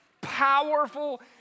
powerful